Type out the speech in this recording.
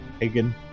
Hagen